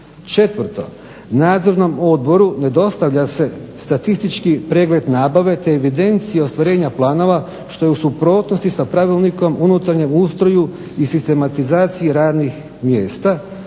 Četvrto, nadzornom odboru ne dostavlja se statistički pregled nabave te evidencije ostvarenja planova što je u suprotnosti sa pravilnikom o unutarnjem ustroju i sistematizaciji radnih mjesta.